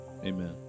amen